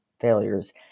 failures